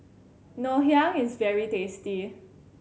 Ngoh Hiang is very tasty